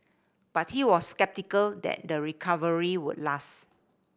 but he was sceptical that the recovery would last